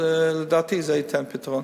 לדעתי זה ייתן פתרון.